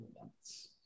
months